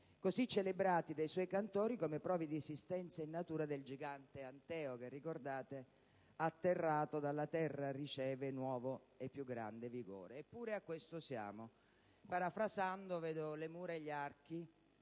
così celebrati dai suoi cantori come prova di esistenza in natura del gigante Anteo che, atterrato, dalla terra riceve nuovo e più grande vigore. Eppure, siamo a questo. Parafrasando «vedo le mura e gli archi